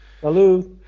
Hello